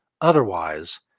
otherwise